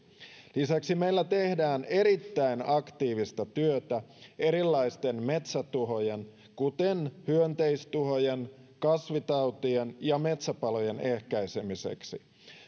lisäksi meillä tehdään erittäin aktiivista työtä erilaisten metsätuhojen kuten hyönteistuhojen kasvitautien ja metsäpalojen ehkäisemiseksi